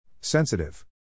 Sensitive